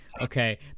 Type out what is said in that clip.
okay